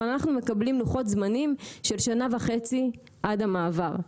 אבל אנחנו מקבלים לוחות זמנים של שנה וחצי עד המעבר.